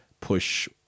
push